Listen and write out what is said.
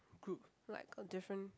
group like a different